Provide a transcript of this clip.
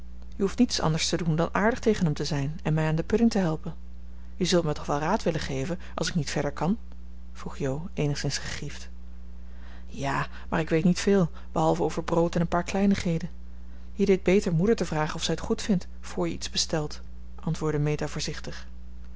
je hoeft niets anders te doen dan aardig tegen hem te zijn en mij aan de pudding te helpen je zult mij toch wel raad willen geven als ik niet verder kan vroeg jo eenigszins gegriefd ja maar ik weet niet veel behalve over brood en een paar kleinigheden je deed beter moeder te vragen of zij het goed vindt voor je iets bestelt antwoordde meta voorzichtig